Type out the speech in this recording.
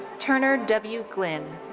turner w. glynn.